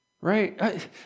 Right